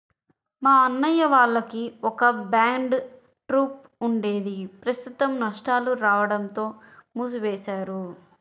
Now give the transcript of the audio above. మా అన్నయ్య వాళ్లకి ఒక బ్యాండ్ ట్రూప్ ఉండేది ప్రస్తుతం నష్టాలు రాడంతో మూసివేశారు